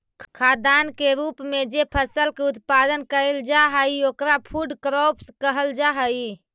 खाद्यान्न के रूप में जे फसल के उत्पादन कैइल जा हई ओकरा फूड क्रॉप्स कहल जा हई